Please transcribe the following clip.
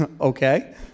okay